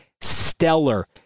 stellar